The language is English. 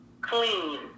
clean